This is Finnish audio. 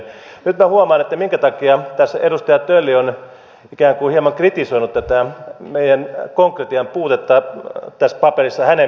nyt minä huomaan minkä takia tässä edustaja tölli on ikään kuin hieman kritisoinut hänen mielestään konkretian puutetta tässä meidän paperissamme